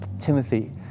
Timothy